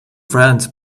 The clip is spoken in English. friends